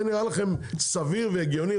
זה נראה לכם סביר והגיוני?